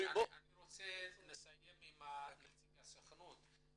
אני רוצה לסיים עם נציג הסוכנות.